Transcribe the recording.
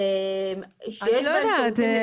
אני לא יודעת.